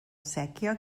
séquia